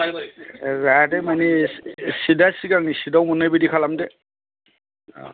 जाहाथे माने सिट आ सिगांनि सिट आव मोननाय बादि खालामदो औ